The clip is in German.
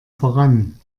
voran